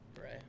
Right